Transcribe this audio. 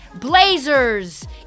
Blazers